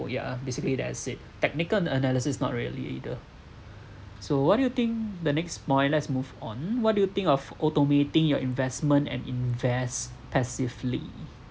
yeah basically that's it technical analysis not really either so what do you think the next mine let's move on what do you think of automating your investment and invest passively